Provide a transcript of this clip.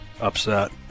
upset